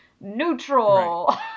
neutral